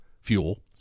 fuel